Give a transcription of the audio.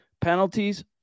Penalties